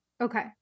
Okay